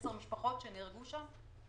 עשר משפחות שילדיהן נהרגו שם.